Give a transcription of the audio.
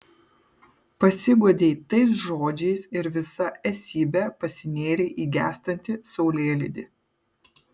pasiguodei tais žodžiais ir visa esybe pasinėrei į gęstantį saulėlydį